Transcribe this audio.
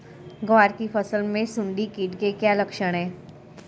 ग्वार की फसल में सुंडी कीट के क्या लक्षण है?